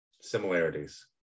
similarities